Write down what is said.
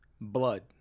blood